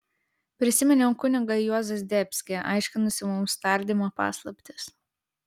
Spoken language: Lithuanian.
prisiminiau kunigą juozą zdebskį aiškinusį mums tardymo paslaptis